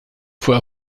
fuhr